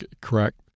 Correct